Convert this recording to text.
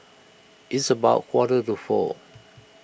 its about quarter to four